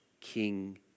King